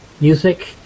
music